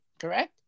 Correct